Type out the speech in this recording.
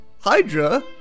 Hydra